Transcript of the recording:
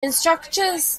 instructors